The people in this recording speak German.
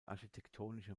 architektonische